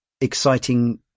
exciting